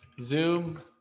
Zoom